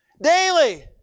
Daily